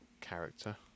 character